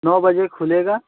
नौ बजे खुलेगा